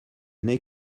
n’est